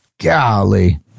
Golly